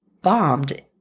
bombed